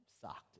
sucked